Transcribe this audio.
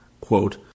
Quote